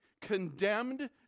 condemned